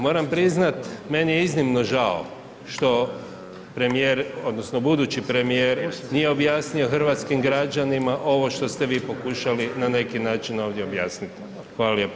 Moram priznat meni je iznimno žao što premijer odnosno budući premijer nije objasnio hrvatskim građanima ovo što ste vi pokušali na neki način ovdje objasnit.